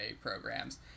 programs